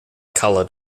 colored